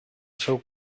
seu